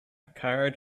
card